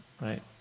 right